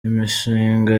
imishinga